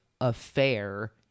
affair